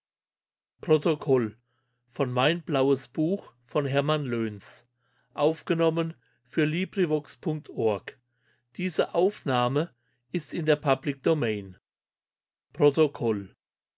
die erde in der